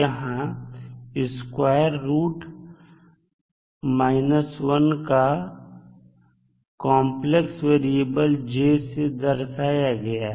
यहां square root 1 को complex variable j से दर्शाया गया है